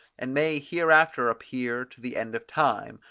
and may hereafter appear to the end of time,